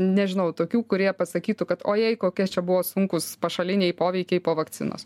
nežinau tokių kurie pasakytų kad ojei kokie čia buvo sunkūs pašaliniai poveikiai po vakcinos